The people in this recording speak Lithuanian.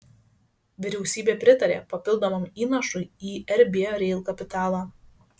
vyriausybė pritarė papildomam įnašui į rb rail kapitalą